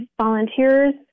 volunteers